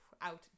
out